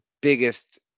biggest